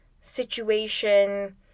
situation